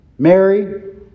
Mary